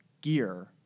gear